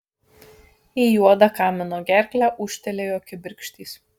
į juodą kamino gerklę ūžtelėjo kibirkštys